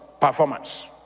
Performance